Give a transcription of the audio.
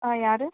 ஆ யார்